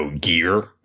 gear